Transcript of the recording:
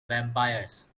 vampires